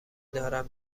دارم